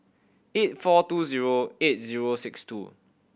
eight four two zero eight zero six two